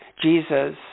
Jesus